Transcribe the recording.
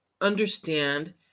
understand